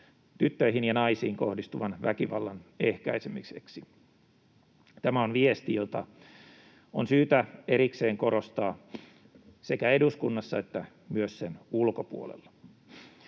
tyttöihin ja naisiin kohdistuvan väkivallan ehkäisemiseksi. Tämä on viesti, jota on syytä erikseen korostaa sekä eduskunnassa että myös sen ulkopuolella.